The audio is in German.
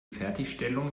fertigstellung